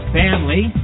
family